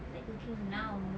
I like cooking now you know